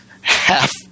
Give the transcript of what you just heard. half